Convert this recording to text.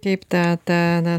kaip tą tą na